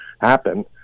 happen